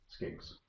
skinks